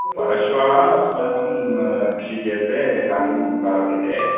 परश्वः अस्माकं कृषिक्षेत्रे कार्यं प्रारभ्यते